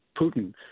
Putin